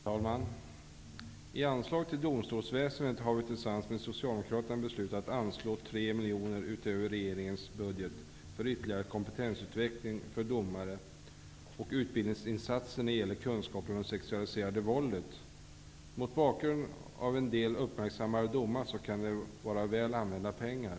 Herr talman! I anslaget till domstolsväsendet har vi tillsammans med Socialdemokraterna beslutat att anslå 3 miljoner utöver regeringens budget för ytterligare kompetensutveckling för domare och utbildningsinsatser när det gäller kunskaper om det sexualiserade våldet. Mot bakgrund av en del uppmärksammade domar kan det vara väl använda pengar.